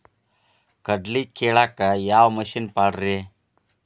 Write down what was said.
ಕಡ್ಲಿ ಕೇಳಾಕ ಯಾವ ಮಿಷನ್ ಪಾಡ್ರಿ?